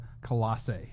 Colossae